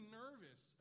nervous